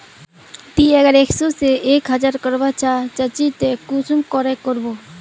ती अगर एक सो से एक हजार करवा चाँ चची ते कुंसम करे करबो?